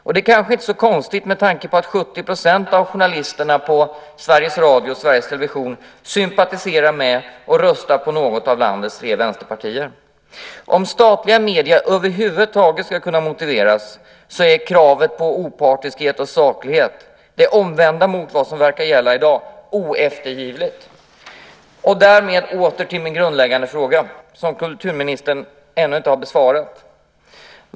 Och det är kanske inte så konstigt med tanke på att 70 % av journalisterna på Sveriges Radio och Sveriges Television sympatiserar med och röstar på något av landets tre vänsterpartier. Om statliga medier över huvud taget ska kunna motiveras är kravet på opartiskhet och saklighet det omvända mot vad som verkar gälla i dag: oeftergivligt. Därmed åter till min grundläggande fråga, som kulturministern ännu inte har besvarat.